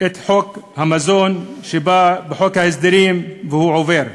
את חוק המזון שבא בחוק ההסדרים והוא עובר.